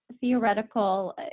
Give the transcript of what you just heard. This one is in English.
theoretical